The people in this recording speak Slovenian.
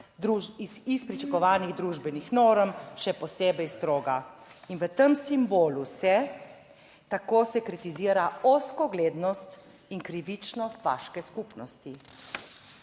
iz pričakovanih družbenih norm, še posebej stroga. In v tem simbolu se, tako se kritizira ozkoglednost in krivičnost vaške skupnosti.